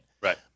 Right